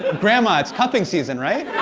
grandma, it's cuffing season, right?